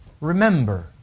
remember